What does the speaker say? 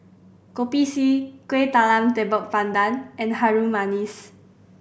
Kopi C Kuih Talam Tepong Pandan and Harum Manis